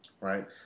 right